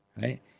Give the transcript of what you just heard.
Right